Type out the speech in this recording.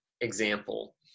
example